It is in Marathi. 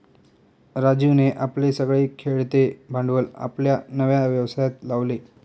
राजीवने आपले सगळे खेळते भांडवल आपल्या नव्या व्यवसायात लावले